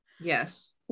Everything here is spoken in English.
Yes